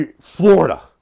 Florida